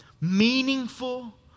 meaningful